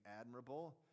admirable